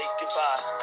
goodbye